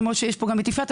למרות שיש פה את יפעת,